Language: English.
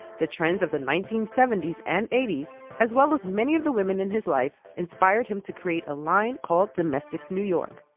the trends of the nineteen seventy s and eighty s as well as many of the women in his life inspired him to create a line called domestics new york.